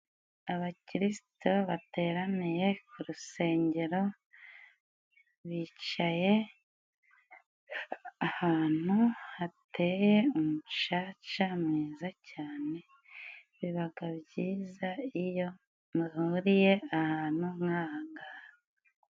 Abakiritu bateraniye ku rusengero bicaye ahantu hateye umucaca mwiza cyane. Bibaga byiza iyo muhuriye ahantu nk'aha ngaha.